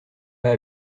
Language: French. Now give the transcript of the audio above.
pas